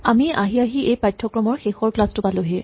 আমি আহি আহি এই পাঠ্যক্ৰমৰ শেষৰটো ক্লাচ পালোহি